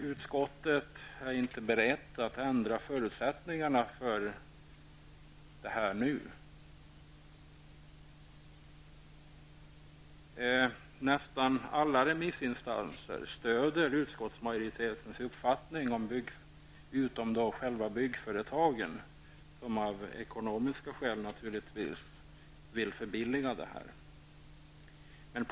Utskottet är inte berett att förändra förutsättningarna för detta nu. Nästan alla remissinstanser stöder utskottsmajoritetens uppfattning utom byggföretagen, som av ekonomiska skäl vill förbilliga det hela.